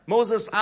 Moses